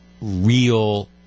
real